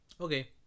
Okay